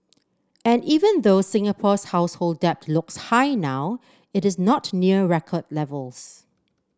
and even though Singapore's household debt looks high now it is not near record levels